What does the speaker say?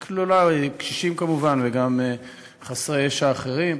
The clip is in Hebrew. שזה כולל קשישים כמובן, וגם חסרי ישע אחרים.